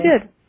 good